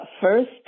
first